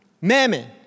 Mammon